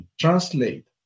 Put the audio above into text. translate